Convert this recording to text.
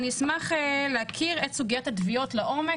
אשמח להכיר את סוגיית התביעות לעומק,